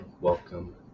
welcome